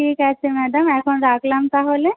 ঠিক আছে ম্যাডাম এখন রাখলাম তাহলে